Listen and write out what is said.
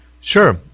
Sure